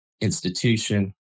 institution